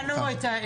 הבנו.